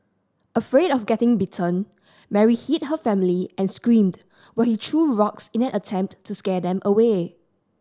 afraid of getting bitten Mary hid her family and screamed while he threw rocks in an attempt to scare them away